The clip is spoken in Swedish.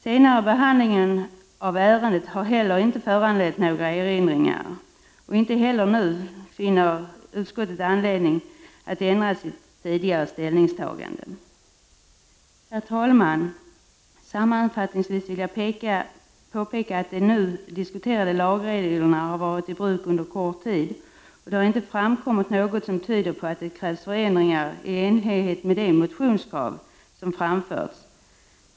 Senare behandling av ärendet har inte heller föranlett några erinringar. Utskottet finner inte heller nu anledning att ändra sitt tidigare ställningstagande. Herr talman! Avslutningsvis vill jag påpeka att de nu diskuterade lagreglerna har varit i bruk under kort tid. Det har inte framkommit något som tyder på att det krävs förändringar i enlighet med de motionskrav som har framförts.